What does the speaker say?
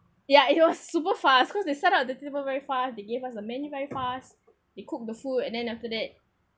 ya it was super fast cause they set up the table very fast they gave us the menu very fast they cook the food and then after that